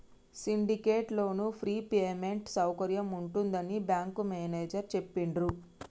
syndicate loan free payment సౌకర్యం ఉంటుందని bank manager చెప్పిండ్రు